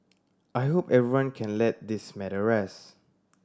I hope everyone can let this matter rest